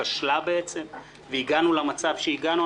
שכשלה בעצם והגענו למצב שהגענו.